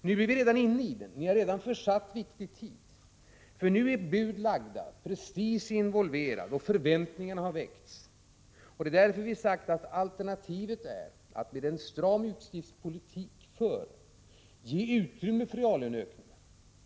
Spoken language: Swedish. Nu pågår den, och ni har redan försuttit viktiga tillfällen. Bud har lagts fram, prestige är involverad och förväntningar har väckts. Därför har vi sagt att alternativet är att man med en stram utgiftspolitik ger utrymme för reallöneökningar,